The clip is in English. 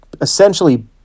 essentially